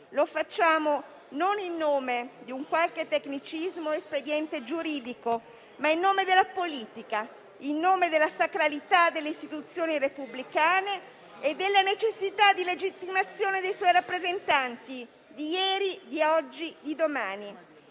Lo facciamo non in nome di un qualche tecnicismo o espediente giuridico, ma della politica, della sacralità delle istituzioni repubblicane e della necessità di legittimazione dei suoi rappresentanti di ieri, di oggi e di domani,